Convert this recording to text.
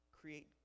create